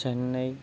Chennai